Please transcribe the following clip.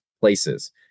places